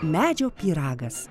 medžio pyragas